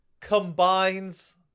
combines